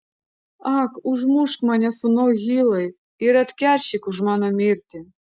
ak užmušk mane sūnau hilai ir atkeršyk už mano mirtį